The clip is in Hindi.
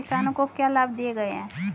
किसानों को क्या लाभ दिए गए हैं?